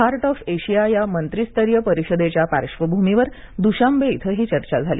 heart of Asia या मंत्रिस्तरीय परिषदेच्या पार्श्वभूमीवर द्शांबे इथं ही चर्चा झाली